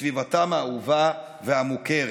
בסביבתם האהובה והמוכרת.